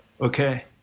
Okay